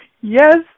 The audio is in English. Yes